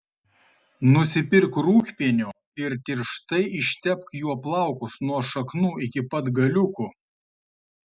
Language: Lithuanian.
nusipirk rūgpienio ir tirštai ištepk juo plaukus nuo šaknų iki pat galiukų